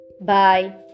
Bye